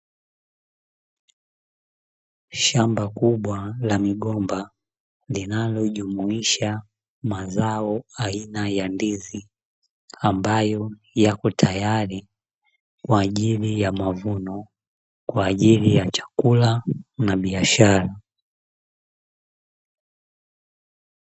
Shamba kubwa la migomba linalojumuisha mazao aina ya Ndizi ambayo Yako tayari kwa ajili ya mavuno, kwa ajili ya chakula na biashara.